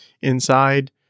inside